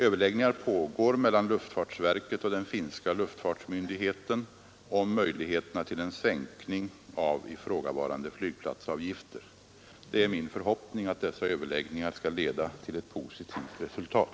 Överläggningar pågår mellan luftfartsverket och den finska luftfartsmyndigheten om möjligheterna till en sänkning av ifrågavarande flygplatsavgifter. Det är min förhoppning, att dessa överläggningar skall leda till ett positivt resultat.